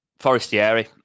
Forestieri